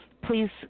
Please